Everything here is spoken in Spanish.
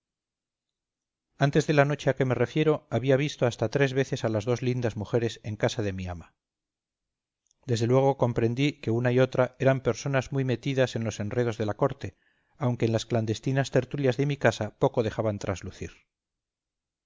antes de la noche a que me refiero había visto hasta tres veces a las dos lindas mujeres en casa de mi ama desde luego comprendí que una y otra eran personas muy metidas en los enredos de la corte aunque en las clandestinas tertulias de mi casa poco dejaban traslucir